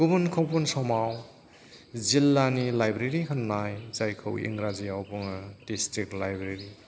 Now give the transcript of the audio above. गुबुन गुबुन समाव जिल्लानि लायब्रेरि होननाय जायखौ इंराजिआव बुङो दिसट्रिक लायब्रेरि